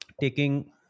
taking